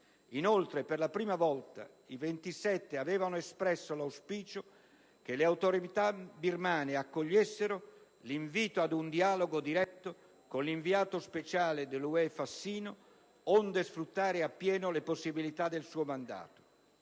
Inoltre, per la prima volta, i 27 avevano espresso l'auspicio che le autorità birmane accogliessero l'invito ad un dialogo diretto con l'inviato speciale dell'UE Fassino, onde sfruttare appieno le possibilità del suo mandato.